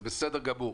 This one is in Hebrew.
זה בסדר גמור.